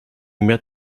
met